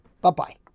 Bye-bye